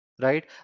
right